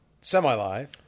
semi-live